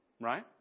right